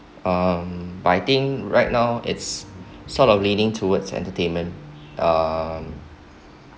um but I think right now it's sort of leading towards entertainment um